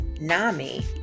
NAMI